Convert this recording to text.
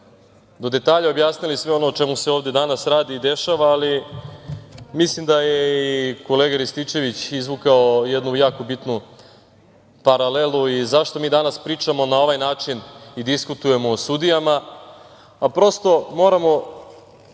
do detalja objasnili sve ono o čemu se ovde danas radi i dešava, ali mislim da je i kolega Rističević izvukao jednu jako bitnu paralelu i zašto mi danas pričamo na ovaj način i diskutujemo o sudijama. Prosto, moramo,